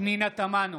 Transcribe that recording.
פנינה תמנו,